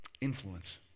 influence